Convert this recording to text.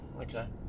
okay